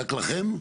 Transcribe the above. רק לכם?